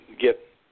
get